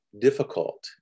difficult